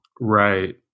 Right